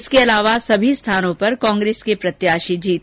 इसके अलावा सभी स्थानों पर कांग्रेस के प्रत्याशी जीते